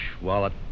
wallet